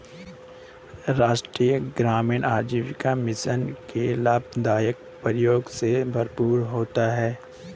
राष्ट्रीय ग्रामीण आजीविका मिशन कई लाभदाई प्रक्रिया से भरपूर होता है